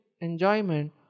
enjoyment